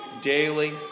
daily